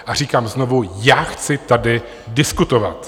A říkám znovu, já chci tady diskutovat.